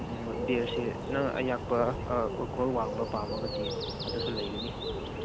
ꯎꯝ ꯕꯤꯌꯔꯁꯦ ꯅꯪ ꯑꯌꯥꯛꯄ ꯑꯜꯀꯣꯍꯣꯜ ꯋꯥꯡꯕ ꯄꯥꯝꯂꯒꯗꯤ ꯑꯗꯨꯁꯨ ꯂꯩꯒꯅꯤ